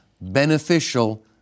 beneficial